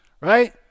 right